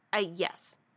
Yes